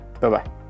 Bye-bye